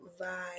vibe